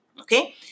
okay